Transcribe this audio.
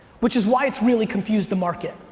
which is why it's really confused the market.